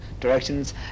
directions